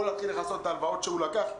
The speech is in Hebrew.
או להתחיל לכסות את ההלוואות שהוא לקח,